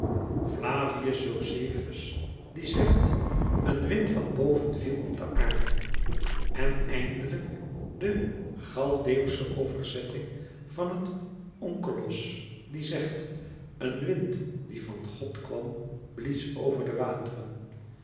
flavius josephus die zegt een wind van boven viel op de aarde en eindelijk de chaldeeuwsche overzetting van onkelos die zegt een wind die van god kwam blies over de wateren